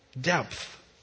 depth